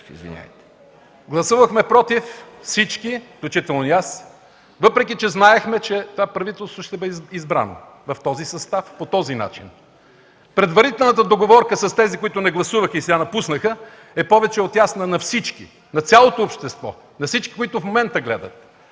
Гласувахме всички „против”, включително и аз, въпреки че знаехме, че това правителство ще бъде избрано в този състав по този начин. Предварителната договорка с тези, които не гласуваха и сега напуснаха, е повече от ясна на всички – на цялото общество, на всички, които в момента гледат.